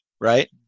right